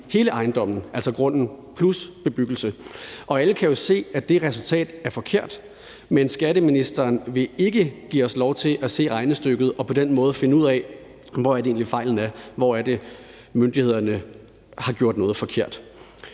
hele ejendommen, altså grunden plus bebyggelse. Alle kan jo se, at det resultat er forkert, men skatteministeren vil ikke give os lov til at se regnestykket og på den måde finde ud af, hvor det egentlig er fejlen er, og hvor det er, myndighederne har gjort noget forkert.